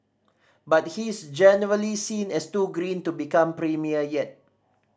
but he's generally seen as too green to become premier yet